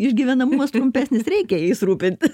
išgyvenamumas trumpesnis reikia jais rūpintis